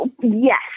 Yes